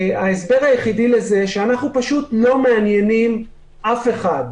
ההסבר היחיד לזה, שאנחנו פשוט לא מעניינים אף אחד.